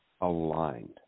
aligned